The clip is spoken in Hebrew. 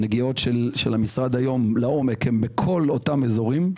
הנגיעות של המשרד היום לעומק הם בכל אותם אזורים.